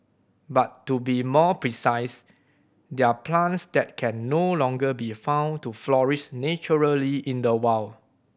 but to be more precise they're plants that can no longer be found to flourish naturally in the wild